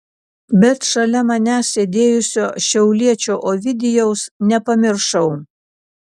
bet šalia manęs sėdėjusio šiauliečio ovidijaus nepamiršau